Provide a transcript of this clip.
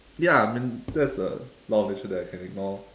ya I mean that's a law of nature that I can ignore